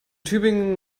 tübingen